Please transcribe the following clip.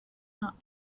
not